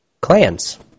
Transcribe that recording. clans